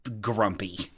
grumpy